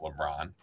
LeBron